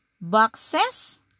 boxes